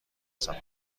سفر